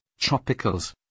tropicals